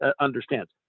understands